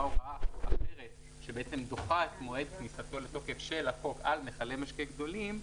הוראה אחרת שדוחה את מועד כניסתו לתוקף של החוק על מיכלי משקה גדולים,